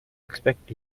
expect